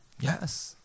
Yes